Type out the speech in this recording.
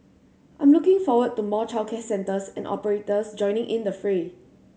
I'm looking forward to more childcare centres and operators joining in the fray